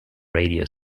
radio